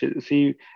see